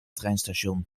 treinstation